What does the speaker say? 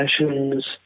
sessions